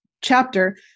chapter